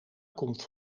komt